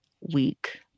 week